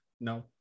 no